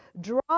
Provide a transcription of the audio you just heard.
draw